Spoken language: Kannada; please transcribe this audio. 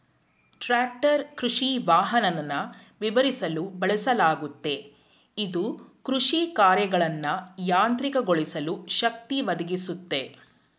ಟ್ರಾಕ್ಟರ್ ಕೃಷಿವಾಹನನ ವಿವರಿಸಲು ಬಳಸಲಾಗುತ್ತೆ ಇದು ಕೃಷಿಕಾರ್ಯಗಳನ್ನ ಯಾಂತ್ರಿಕಗೊಳಿಸಲು ಶಕ್ತಿ ಒದಗಿಸುತ್ತೆ